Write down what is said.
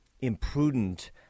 imprudent